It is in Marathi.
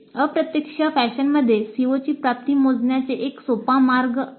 अप्रत्यक्ष फॅशनमध्ये COची प्राप्ती मोजण्याचे हा एक सोपा मार्ग आहे